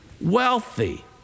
wealthy